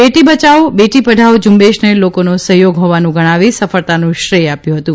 બેટી બયાવો બેટી પઢાવો ઝુંબેશને લોકોનો સહયોગ હોવાનું ગણાવી સફળતાનું શ્રેથ આપ્યું હતું